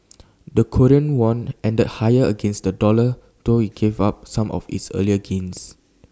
the Korean won ended higher against the dollar though IT gave up some of its earlier gains